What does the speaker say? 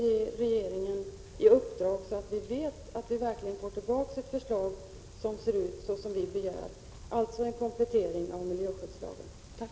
Ge regeringen uppdrag, så att vi vet att vi verkligen får tillbaka ett förslag som ser ut som vi begär, alltså en komplettering av miljöskyddslagen.